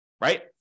Right